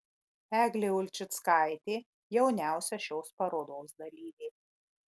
eglė ulčickaitė jauniausia šios parodos dalyvė